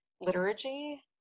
liturgy